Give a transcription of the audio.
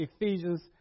Ephesians